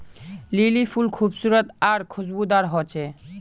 lily फुल खूबसूरत आर खुशबूदार होचे